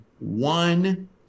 one